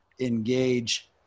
engage